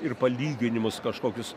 ir palyginimus kažkokius